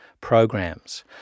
programs